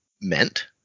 meant